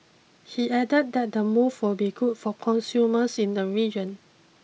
he added that the move will be good for consumers in the region